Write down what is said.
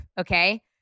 Okay